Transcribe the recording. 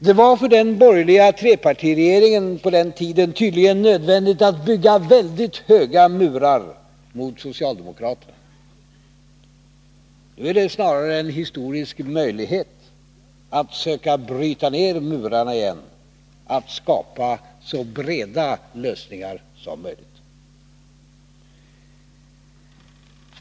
Det var för den borgerliga trepartiregeringen på den tiden tydligen nödvändigt att bygga väldigt höga murar mot socialdemokraterna. Nu är det snarare en historisk möjlighet att söka bryta ned murarna igen, att skapa så breda lösningar som möjligt.